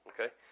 Okay